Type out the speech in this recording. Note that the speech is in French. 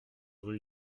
rue